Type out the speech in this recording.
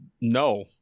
no